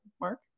Mark